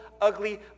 ugly